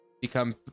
become